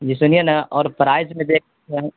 جی سنیے نا اور پرائز میں دیکھ